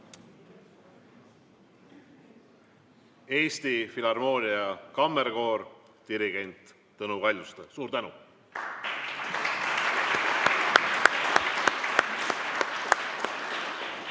Eesti Filharmoonia Kammerkoor ja dirigent Tõnu Kaljuste, suur tänu!